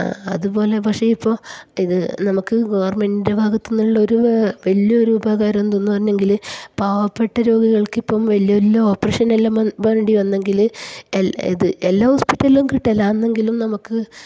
അതു പോലെ പക്ഷേ ഇപ്പോൾ ഇത് നമുക്ക് ഗവൺമെൻറ്റിൻ്റെ ഭാഗത്ത് നിന്നുള്ളൊരു വലിയ ഒരു ഉപകാരം എന്താണെന്ന് പറഞ്ഞതെങ്കിൽ പാവപ്പെട്ട രോഗികൾക്ക് ഇപ്പം വലിയ വലിയ ഓപ്പറേഷനെല്ലാം വേണ്ടി വന്നെങ്കിൽ ഇത് എല്ലാം ഹോസ്പിറ്റലിലും കിട്ടില്ല എന്നെങ്കിലും നമുക്ക്